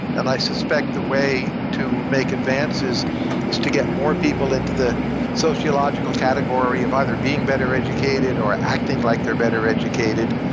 and i suspect the way to make advances is to get more people into the sociological category of either being better educated or acting like they're better educated.